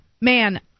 man